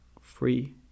free